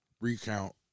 recount